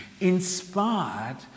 inspired